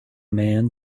man